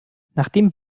nachdem